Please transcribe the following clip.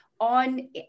on